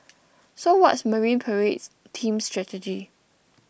so what's Marine Parade team's strategy